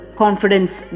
confidence